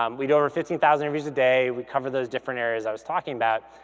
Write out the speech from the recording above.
um we do over fifteen thousand interviews a day, we cover those different areas i was talking about,